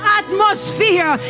atmosphere